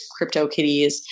CryptoKitties